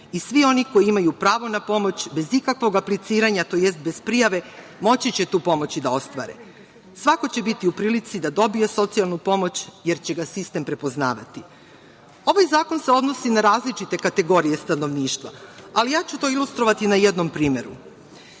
i svi oni koji imaju pravo na pomoć, bez ikakvog apliciranja, tj. bez prijave, moći će tu pomoć i da ostvare. Svako će biti u prilici da dobije socijalnu pomoć, jer će ga sistem prepoznavati. Ovaj zakon se odnosi na različite kategorije stanovništva, ali ilustrovaću na jednom primeru. Kako,